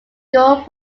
gold